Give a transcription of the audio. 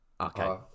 Okay